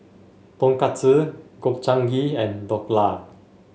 Tonkatsu Gobchang Gui and Dhokla